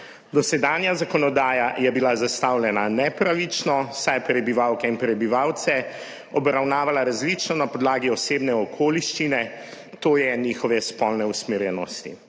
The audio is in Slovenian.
Dosedanja zakonodaja je bila zastavljena nepravično, saj je prebivalke in prebivalce obravnavala različno na podlagi osebne okoliščine, to je njihove spolne usmerjenosti.